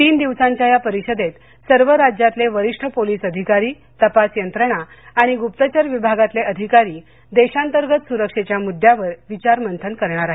तीन दिवसांच्या या परिषदेत सर्व राज्यातले वरिष्ठ पोलीस अधिकारी तपास यंत्रणा आणि गुप्तचर विभागातले अधिकारी देशांतर्गत सुरक्षेच्या मुद्द्यावर विचार मंथन करणार आहेत